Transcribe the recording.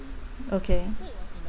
okay